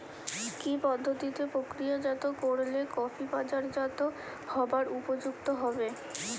কি পদ্ধতিতে প্রক্রিয়াজাত করলে কফি বাজারজাত হবার উপযুক্ত হবে?